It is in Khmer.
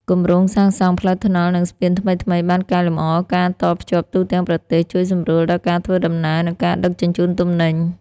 គម្រោងសាងសង់ផ្លូវថ្នល់ និងស្ពានថ្មីៗ បានកែលម្អការតភ្ជាប់ទូទាំងប្រទេស ជួយសម្រួលដល់ការធ្វើដំណើរ និងការដឹកជញ្ជូនទំនិញ។